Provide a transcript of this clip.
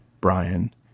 Brian